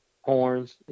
horns